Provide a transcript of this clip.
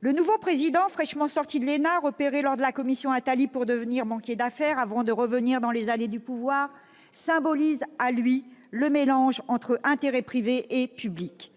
Le nouveau Président de la République, fraîchement sorti de l'ENA, repéré lors des travaux de la commission Attali pour devenir banquier d'affaires avant de revenir dans les allées du pouvoir, symbolise à lui seul le mélange entre intérêt privé et public.